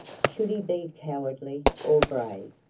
should he be cowardly, or brave,